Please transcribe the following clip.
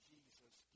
Jesus